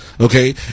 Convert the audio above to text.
Okay